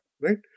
right